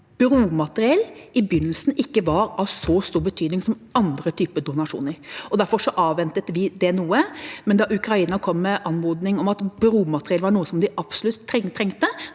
at bromateriell i begynnelsen ikke var av så stor betydning som andre typer donasjoner, og derfor avventet vi det noe. Men da Ukraina kom med anmodning om at bromateriell var noe de absolutt trengte,